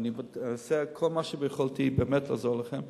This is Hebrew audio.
ואעשה כל שביכולתי לעזור לכם.